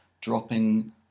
dropping